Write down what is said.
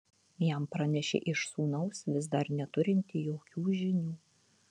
jam pranešė iš sūnaus vis dar neturinti jokių žinių